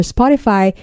Spotify